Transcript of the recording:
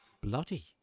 bloody